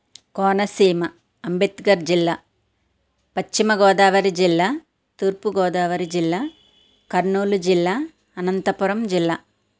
కోనసీమ అంబేద్కర్ జిల్లా పశ్చిమ గోదావరి జిల్లా తూర్పు గోదావరి జిల్లా కర్నూలు జిల్లా అనంతపురం జిల్లా